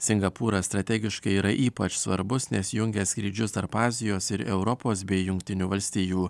singapūras strategiškai yra ypač svarbus nes jungia skrydžius tarp azijos ir europos bei jungtinių valstijų